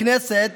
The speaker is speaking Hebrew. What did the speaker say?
הכנסת